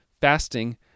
fasting